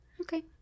okay